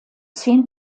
zehn